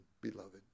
Beloved